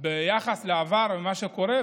ביחס לעבר ומה שקורה.